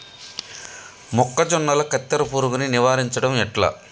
మొక్కజొన్నల కత్తెర పురుగుని నివారించడం ఎట్లా?